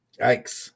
Yikes